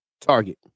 Target